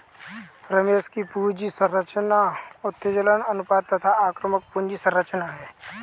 रमेश की पूंजी संरचना उत्तोलन अनुपात तथा आक्रामक पूंजी संरचना है